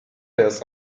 else